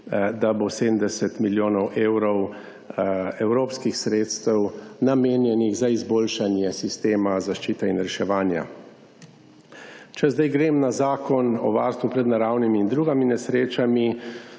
da bo 70 milijonov evrov evropskih sredstev namenjenih za izboljšanje sistema zaščite in reševanja. Če zdaj grem na Zakon o varstvu pred naravnimi in drugimi nesrečami,